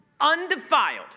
undefiled